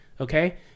okay